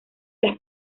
las